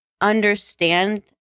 understand